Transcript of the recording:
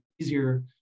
easier